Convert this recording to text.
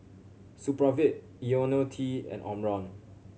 Supravit Ionil T and Omron